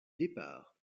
départ